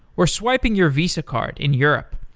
or swiping your visa card in europe,